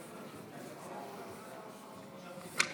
אדוני